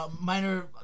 minor